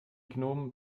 gnom